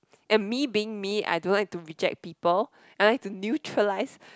and me being me I don't like to reject people I like to neutralise